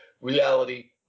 reality